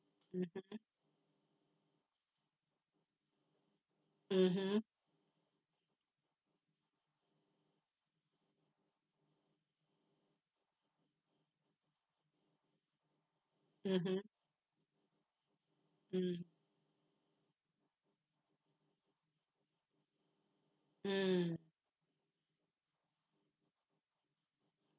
mmhmm mmhmm mmhmm mm mm